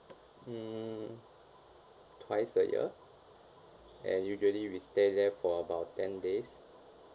hmm twice a year and usually we stay there for about ten days